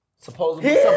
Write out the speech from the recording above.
Supposedly